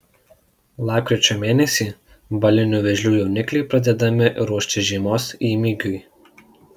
lapkričio mėnesį balinių vėžlių jaunikliai pradedami ruošti žiemos įmygiui